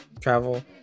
travel